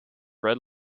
red